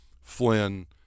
Flynn